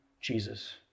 Jesus